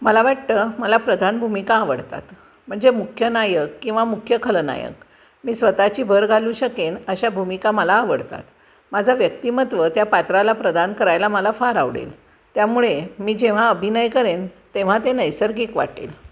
मला वाटतं मला प्रधान भूमिका आवडतात म्हणजे मुख्य नायक किंवा मुख्य खलनायक मी स्वतःची भर घालू शकेन अशा भूमिका मला आवडतात माझं व्यक्तिमत्व त्या पात्राला प्रदान करायला मला फार आवडेल त्यामुळे मी जेव्हा अभिनय करेन तेव्हा ते नैसर्गिक वाटेल